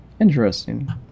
Interesting